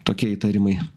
tokie įtarimai